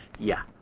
yeah.